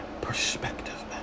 perspective